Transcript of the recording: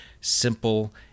simple